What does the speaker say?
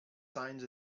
signs